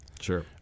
Sure